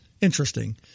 interesting